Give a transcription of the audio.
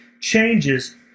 changes